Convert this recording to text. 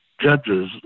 judges